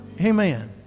Amen